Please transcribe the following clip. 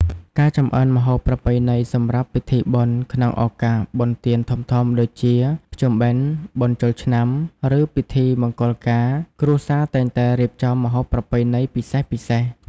ការចម្អិនម្ហូបប្រពៃណីសម្រាប់ពិធីបុណ្យ ក្នុងឱកាសបុណ្យទានធំៗដូចជា ភ្ជុំបិណ្ឌ បុណ្យចូលឆ្នាំ ឬពិធីមង្គលការ គ្រួសារតែងតែរៀបចំម្ហូបប្រពៃណីពិសេសៗ។